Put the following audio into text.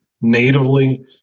natively